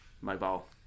mobile